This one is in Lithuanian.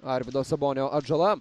arvydo sabonio atžala